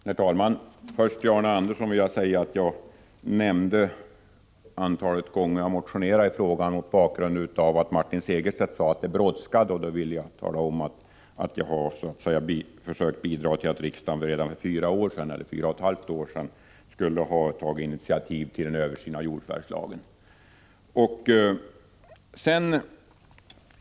Herr talman! Till Arne Andersson i Ljung vill jag säga att jag nämnde antalet gånger jag motionerat i frågan mot bakgrund av att Martin Segerstedt sade att det brådskade. Då ville jag tala om att jag har försökt bidra till att riksdagen redan för fyra och ett halvt år sedan skulle ha tagit initiativ till en översyn av jordförvärvslagen.